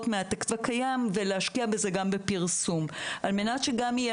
מהתקציב הקיים ולהשקיע בזה גם בפרסום על מנת שגם יהיה